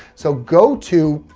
so, go to,